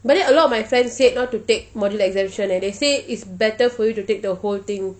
but then a lot of my friends said not to take module exemption eh they say is better for you to take the whole thing